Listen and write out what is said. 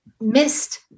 missed